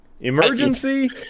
emergency